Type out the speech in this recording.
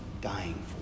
dying